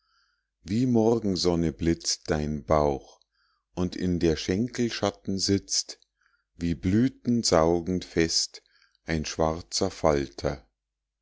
wie morgensonne blitzt dein bauch und in der schenkel schatten sitzt wie blüten saugend fest ein schwarzer falter